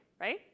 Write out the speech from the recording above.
right